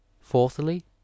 fourthly